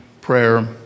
prayer